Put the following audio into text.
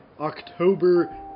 October